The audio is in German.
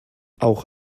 auch